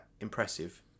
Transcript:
impressive